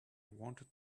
wanted